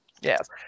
Yes